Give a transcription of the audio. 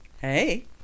Hey